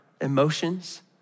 emotions